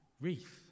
wreath